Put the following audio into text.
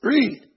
Read